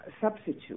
substitute